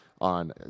on